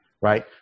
right